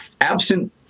absent